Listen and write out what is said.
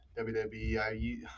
WWE